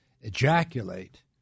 ejaculate